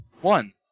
One